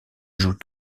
joue